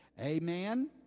Amen